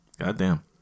Goddamn